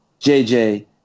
JJ